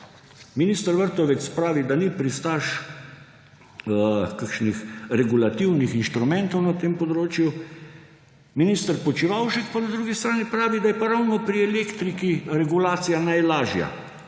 Minister Vrtovec pravi, da ni pristaš kakšnih regulativnih inštrumentov na tem področju. Minister Počivalšek pa na drugi strani pravi, da je pa ravno pri elektriki regulacija najlažja,